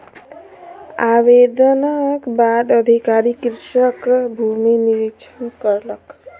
आवेदनक बाद अधिकारी कृषकक भूमि निरिक्षण कयलक